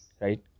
right